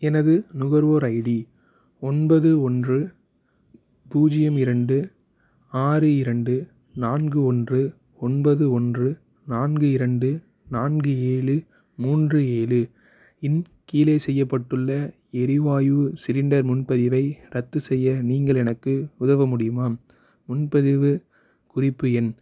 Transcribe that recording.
எனது நுகர்வோர் ஐடி ஒன்பது ஒன்று பூஜ்ஜியம் இரண்டு ஆறு இரண்டு நான்கு ஒன்று ஒன்பது ஒன்று நான்கு இரண்டு நான்கு ஏழு மூன்று ஏழு இன் கீழே செய்யப்பட்டுள்ள எரிவாயு சிலிண்டர் முன்பதிவை ரத்து செய்ய நீங்கள் எனக்கு உதவ முடியுமா முன்பதிவு குறிப்பு எண்